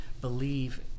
believe